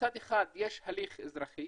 מצד אחד יש הליך אזרחי